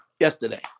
yesterday